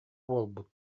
буолбут